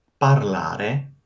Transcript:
Parlare